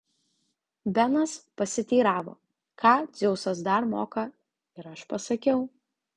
benas pasiteiravo ką dzeusas dar moka ir aš pasakiau